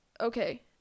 Okay